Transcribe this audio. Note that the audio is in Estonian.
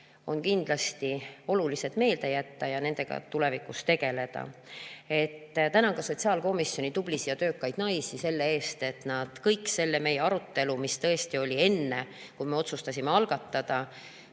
on kindlasti olulised meelde jätta ja nendega tulevikus tegeleda. Tänan ka sotsiaalkomisjoni tublisid ja töökaid naisi selle eest, et nad kõik selle meie arutelu, mis oli enne, kui me otsustasime [eelnõu]